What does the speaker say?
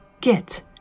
Get